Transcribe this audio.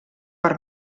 per